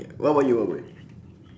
ya what about you